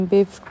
Beef